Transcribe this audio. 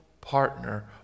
partner